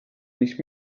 nicht